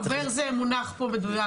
מקווה זה מונח מדויק.